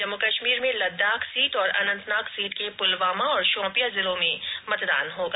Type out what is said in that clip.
जम्मू कश्मीर में लद्दाख सीट तथा अनंतनाग सीट के पुलवामा और शोपियां जिलों में मतदान होगा